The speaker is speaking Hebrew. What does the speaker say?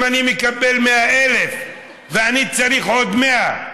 אם אני מקבל 100,000 ואני צריך עוד 100,000,